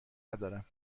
ندارم